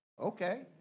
Okay